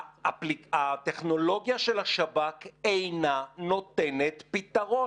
הטכנולוגיה של השב"כ אינה נותנת פתרון,